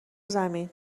زمین